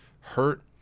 hurt